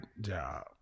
job